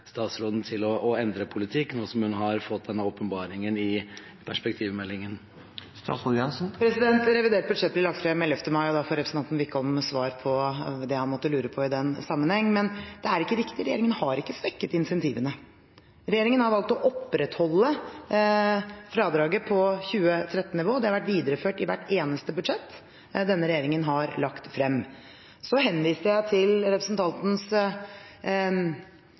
statsråden til å endre politikk nå som hun har fått denne åpenbaringen i perspektivmeldingen? Revidert nasjonalbudsjett blir lagt frem 11. mai, og da får representanten Wickholm svar på det han måtte lure på i den sammenheng. Men det er ikke riktig – regjeringen har ikke svekket incentivene. Regjeringen har valgt å opprettholde fradraget på 2013-nivå, det har vært videreført i hvert eneste budsjett denne regjeringen har lagt frem. Så henviser jeg til representantens